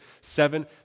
Seven